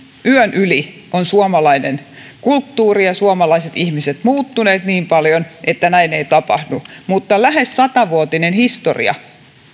yön yli ovat suomalainen kulttuuri ja suomalaiset ihmiset muuttuneet niin paljon että näin ei tapahdu mutta lähes satavuotinen historia